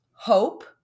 Hope